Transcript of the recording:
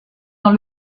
dans